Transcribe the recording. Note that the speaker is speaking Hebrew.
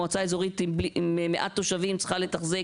מועצה אזורית עם מעט תושבים שצריכה לתחזק.